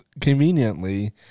conveniently